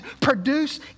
produce